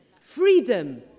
freedom